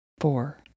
four